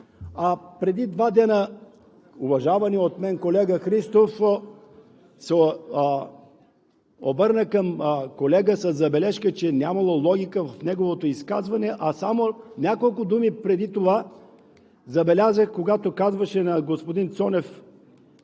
Преди два дни уважаваният от мен колега Христов се обърна към колега със забележка, че нямало логика в неговото изказване, а само няколко думи преди това забелязах, когато казваше на господин Цонев